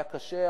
היה קשה,